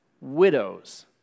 widows